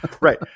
Right